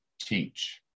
teach